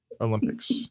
Olympics